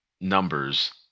numbers